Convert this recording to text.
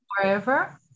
Forever